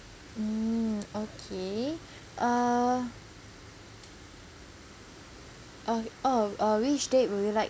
mm okay uh oh uh which date would you I like